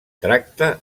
tracta